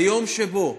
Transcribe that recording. ביום שבו